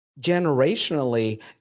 generationally